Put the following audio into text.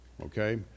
Okay